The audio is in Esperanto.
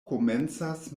komencas